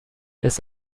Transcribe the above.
ist